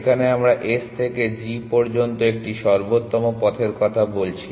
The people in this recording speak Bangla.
এখানে আমরা S থেকে G পর্যন্ত একটি সর্বোত্তম পথের কথা বলছি